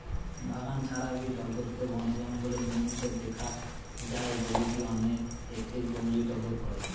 বাগান ছাড়াবি টগরকে বনে জঙ্গলে জন্মিতে দেখা যায় বলিকি অনেকে একে জংলী টগর কয়